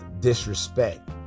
disrespect